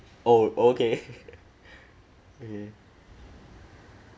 oh okay okay